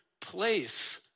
place